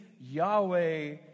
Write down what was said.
Yahweh